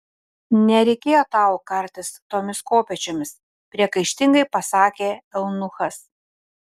nereikėjo tau kartis tomis kopėčiomis priekaištingai pasakė eunuchas